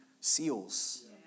seals